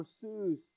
pursues